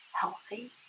healthy